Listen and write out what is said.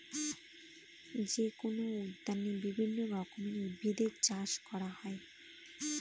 যেকোনো উদ্যানে বিভিন্ন রকমের উদ্ভিদের চাষ করা হয়